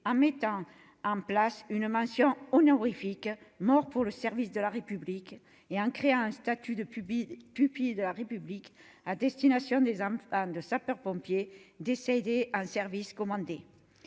en mettant en place une mention honorifique « Mort pour le service de la République » et en créant un statut de pupille de la République, à destination des enfants de sapeurs-pompiers décédés en service commandé.